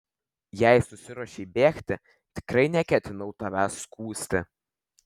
jei susiruošei bėgti tikrai neketinau tavęs skųsti